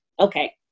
okay